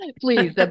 Please